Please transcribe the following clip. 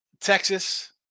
Texas